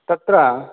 तत्र